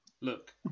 Look